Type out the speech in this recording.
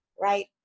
right